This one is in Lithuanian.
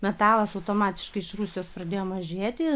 metalas automatiškai iš rusijos pradėjo mažėti